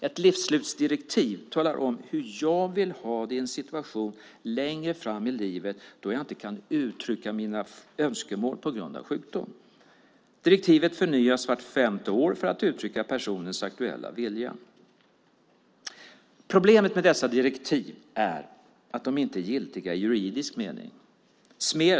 Ett livsslutsdirektiv talar om hur jag vill ha det i en situation längre fram i livet då jag inte kan uttrycka mina önskemål på grund av sjukdom. Direktivet förnyas vart femte år för att uttrycka personens aktuella vilja. Problemet med dessa direktiv är att de inte är giltiga i juridisk mening.